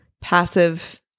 passive